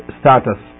status